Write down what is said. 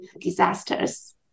disasters